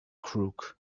crook